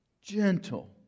gentle